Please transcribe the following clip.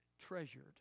treasured